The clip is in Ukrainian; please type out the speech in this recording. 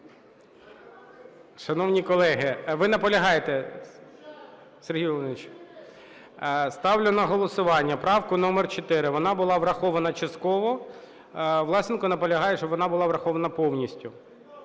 Шановні колеги… Ви наполягаєте, Сергій Володимирович? Ставлю на голосування правку номер 4, вона була врахована частково. Власенко наполягає, щоб вона була врахована повністю.